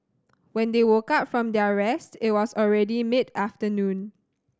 when they woke up from their rest it was already mid afternoon